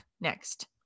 next